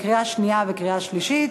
קריאה שנייה וקריאה שלישית.